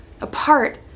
apart